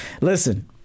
Listen